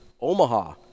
Omaha